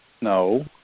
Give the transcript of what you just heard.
No